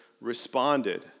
responded